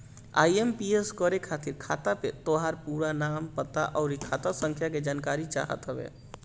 IMPS करे खातिर खाता पे तोहार पूरा नाम, पता, अउरी खाता संख्या के जानकारी चाहत हवे